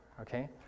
okay